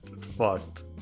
fucked